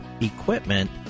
equipment